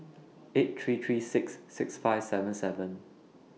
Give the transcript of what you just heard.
eight three three six six five seven seven